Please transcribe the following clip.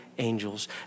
angels